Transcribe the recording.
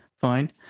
fine